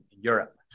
Europe